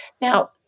Now